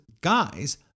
guys